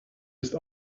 ist